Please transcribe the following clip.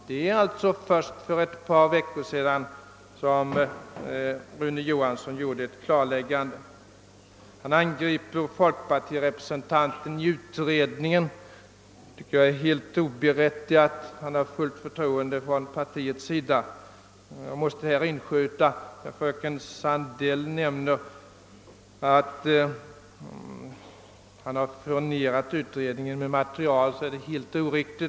Det var ju först för ett par veckor sedan som Rune Johansson gjorde ett klarläggande. Herr Bengtsson angrep också folkpartirepresentanten i utredningen. Det tycker jag var helt oberättigat. Folkpar tiets representant har partiets förtroende. Jag måste här inskjuta att fröken Sandells påstående att han furnerat material till folkpartiets utredning är helt oriktig.